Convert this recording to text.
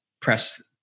press